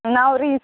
नांव रिफ